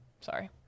Sorry